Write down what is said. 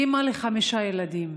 אימא לחמישה ילדים.